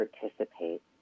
participate